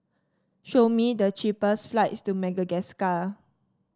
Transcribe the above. show me the cheapest flights to Madagascar